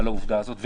על סדר-היום: